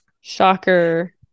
shocker